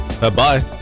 Bye-bye